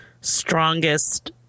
strongest